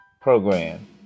program